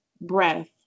breath